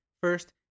First